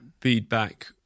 feedback